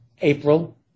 April